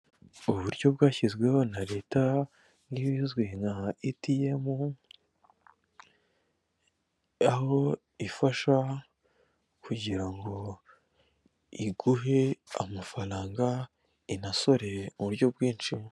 Uburyo bwashyizweho na leta nk'ibizwi nka itiyemu, aho ifasha kugira ngo iguhe amafaranga inasore mu buryo bwinshi.